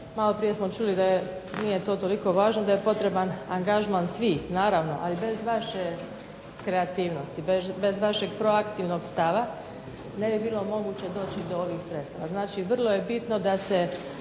Malo prije smo čuli da je, nije to toliko važno, da je potreban angažman svih naravno. Ali bez vaše kreativnosti, bez vašeg proaktivnog stava ne bi bilo moguće doći do ovih sredstava. Znači, vrlo je bitno da se